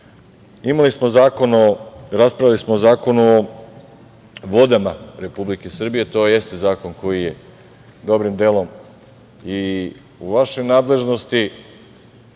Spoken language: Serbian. priliku. Raspravljali smo o Zakonu o vodama Republike Srbije. To jeste zakon koji je dobrim delom i u vašoj nadležnosti.